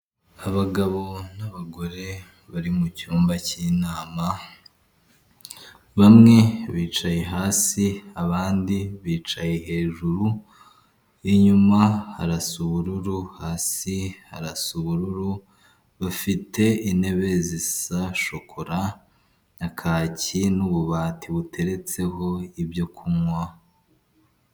Abagabo n'abagore bari mu cyumba cy'inama, bamwe bicaye hasi abandi bicaye hejuru, inyuma harasa ubururu, hasi harasa ubururu, bafite intebe zisa shokora na kacyi n'ububati buteretseho ibyo kunywa.